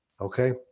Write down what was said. Okay